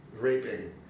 raping